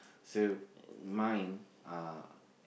so mine uh